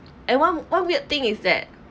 and one one weird thing is that